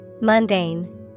Mundane